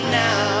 now